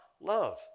love